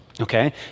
okay